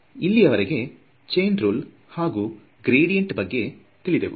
ಇಲ್ಲಿಯವರೆಗೆ chain rule ಹಾಗೂ gradient ಬಗ್ಗೆ ತಿಳಿದೆವು